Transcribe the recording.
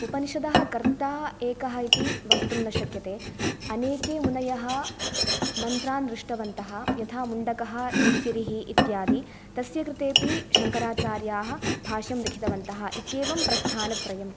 उपनिषदः कर्ता एकः इति वक्तुं न शक्यते अनेके मुनयः मन्त्रान् दृष्टवन्तः यथा मुण्डकः तित्तिरिः इत्यादि तस्य कृतेऽपि शङ्कराचार्याः भाष्यं लिखितवन्तः इत्येवं प्रस्थानत्रयम्